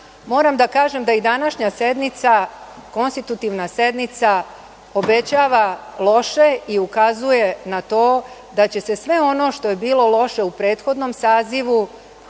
moram da kažem da i današnja sednica, konstitutivna sednica obećava loše i ukazuje na to da će se sve ono što je bilo loše u prethodnom sazivu